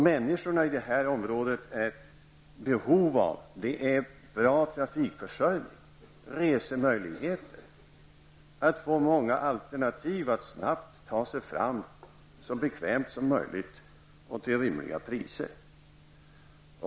Människorna i det här området är i behov av en bra trafikförsörjning, av goda resemöjligheter och av att få många alternativ till att snabbt kunna ta sig fram så bekvämt som möjligt till rimliga priser.